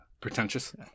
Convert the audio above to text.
Pretentious